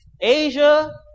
Asia